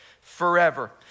forever